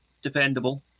dependable